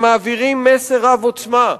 הם מעבירים מסר רב-עוצמה,